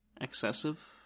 excessive